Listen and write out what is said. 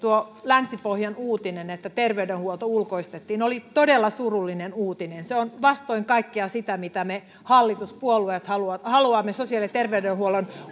tuo länsi pohjan uutinen että terveydenhuolto ulkoistettiin oli todella surullinen uutinen se on vastoin kaikkea sitä mitä me hallituspuolueet haluamme haluamme sosiaali ja terveydenhuollon